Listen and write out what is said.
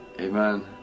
amen